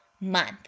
month